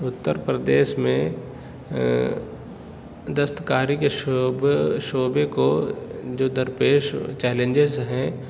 اتر پردیش میں دستکاری کے شعبے شعبے کو جو درپیش چیلینجیز ہیں